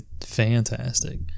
fantastic